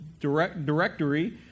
directory